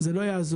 זה לא יעזור.